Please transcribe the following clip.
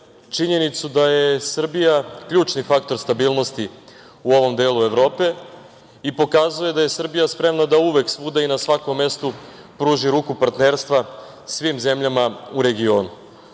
činjenicu da je Srbija ključni faktor stabilnosti u ovom delu Evrope i pokazuje da je Srbija spremna da uvek, svuda i na svakom mestu pruži ruku partnerstva svim zemljama u regionu. Drugi